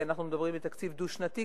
כי אנחנו מדברים בתקציב דו-שנתי,